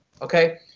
okay